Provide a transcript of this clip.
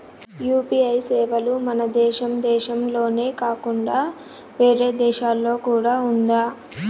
UPI సేవలు మన దేశం దేశంలోనే కాకుండా వేరే దేశాల్లో కూడా ఉందా?